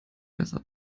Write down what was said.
besser